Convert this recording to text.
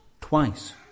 twice